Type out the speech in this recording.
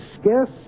scarce